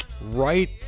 right